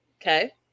Okay